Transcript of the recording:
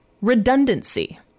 redundancy